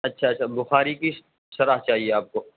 اچھا اچھا بخاری کی شرح چاہیے آپ کو